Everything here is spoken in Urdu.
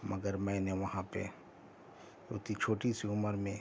مگر میں نے وہاں پہ اتنی چھوٹی سی عمر میں